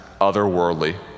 otherworldly